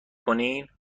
کنین